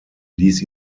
ließ